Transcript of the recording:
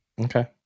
Okay